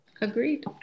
Agreed